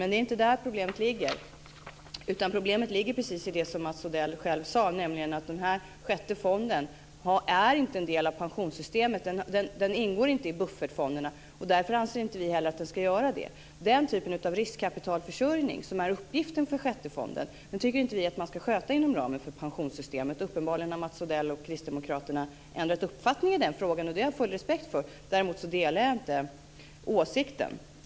Men det är inte där problemet ligger. Problemet ligger precis i det som Mats Odell själv sade, nämligen att den här sjätte fonden inte är en del av pensionssystemet. Den ingår inte i buffertfonderna. Därför anser vi inte heller att den ska göra det. Den typ av riskkapitalförsörjning som är uppgiften för den sjätte fonden tycker inte vi att man ska sköta inom ramen för pensionssystemet. Mats Odell och kristdemokraterna har uppenbarligen ändrat uppfattning i den frågan. Det har jag full respekt för. Däremot delar jag inte åsikten.